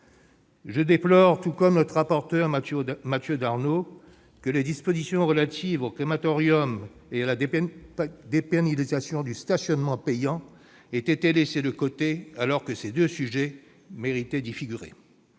Je déplore, tout comme notre rapporteur Mathieu Darnaud, que les dispositions relatives aux crématoriums et à la dépénalisation du stationnement payant aient été laissées de côté, alors que ces deux sujets méritaient d'y être